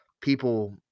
people